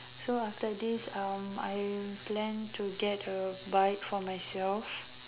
so after this um I plan to get a buy it for myself